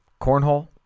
Cornhole